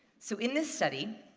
so, in this study,